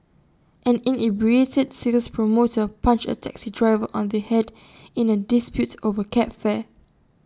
an inebriated sales promoter punched A taxi driver on the Head in A dispute over cab fare